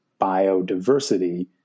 biodiversity